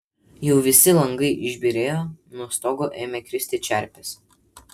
jau visi langai išbyrėjo nuo stogo ėmė kristi čerpės